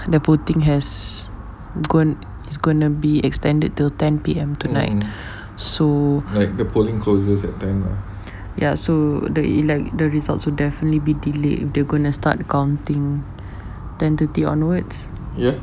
the putting has gone is gonna be extended till ten P_M tonight so ya so the elect the results would definitely be delay they're gonna start counting ten thirty onwards